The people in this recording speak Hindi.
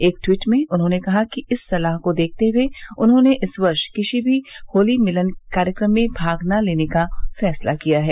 एक ट्वीट में उन्होंने कहा कि इस सलाह को देखते हए उन्होंने इस वर्ष किसी भी होली मिलन कार्यक्रम में भाग न लेने का फैसला किया है